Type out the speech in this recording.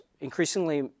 increasingly